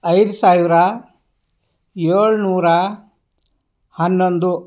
ಐದು ಸಾವಿರ ಏಳು ನೂರ ಹನ್ನೊಂದು